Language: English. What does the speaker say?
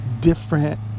different